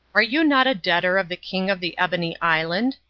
are you not a debtor of the king of the ebony island?